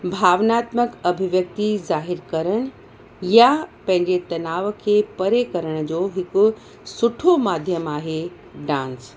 भावनात्मक अभिव्यक्ति ज़ाहिरु करण यां पंहिंजे तनाव खे परे करण जो हिकु सुठो माध्यम आहे डांस